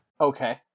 Okay